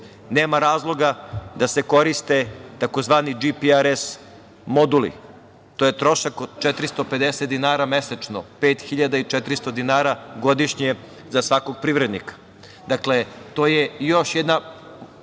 Nema razloga da se koriste tzv. GPRS moduli. To je trošak od 450 dinara mesečno, 5.400 dinara godišnje za svakog privrednika. Dakle, to je još jedna